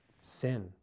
Sin